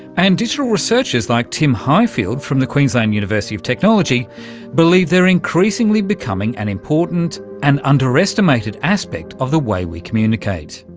and digital researchers like tim highfield from the queensland university of technology believe they're increasingly becoming an important and underestimated aspect of the way we communicate.